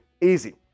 easy